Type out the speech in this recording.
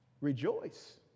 rejoice